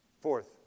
Fourth